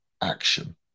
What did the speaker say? action